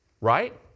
right